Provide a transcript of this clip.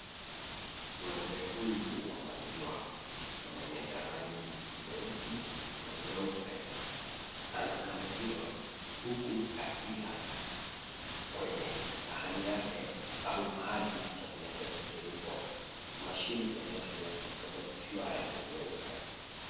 Ng'ombe huyu wa maziwa mwenye rangi nyeusi na nyeupe, anakamuliwa huku akila kwenye sahani yake au mahali chakula chake kilipo. Mashini yanayotumiwa kumkamua ikiwa ya rangi nyeupe.